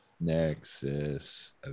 Nexus